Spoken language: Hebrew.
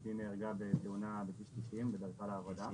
אשתי נהרגה בתאונת דרכים בדרכה לעבודה.